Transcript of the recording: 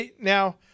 Now